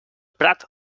prat